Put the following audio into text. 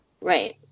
Right